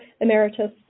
emeritus